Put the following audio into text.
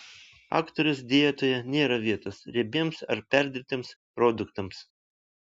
aktorės dietoje nėra vietos riebiems ar perdirbtiems produktams